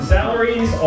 Salaries